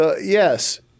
Yes